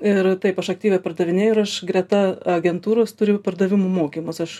ir taip aš aktyviai pardavinėju ir aš greta agentūros turiu pardavimų mokymus aš